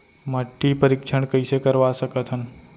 माटी परीक्षण कइसे करवा सकत हन?